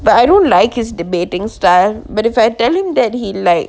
but I don't like his debating style but if I tell him that he like